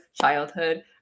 childhood